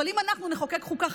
אבל אם חלילה נחוקק חוקה,